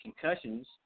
concussions